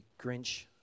Grinch